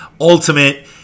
ultimate